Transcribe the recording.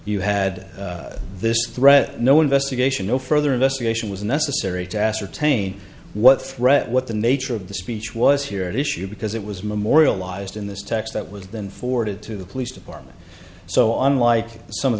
you had this threat no investigation no further investigation was necessary to ascertain what threat what the nature of the speech was here at issue because it was memorialized in this text that was then forward to the police department so on like some of